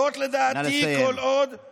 זאת לדעתי, כל עוד, נא לסיים.